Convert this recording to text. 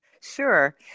Sure